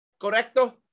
correcto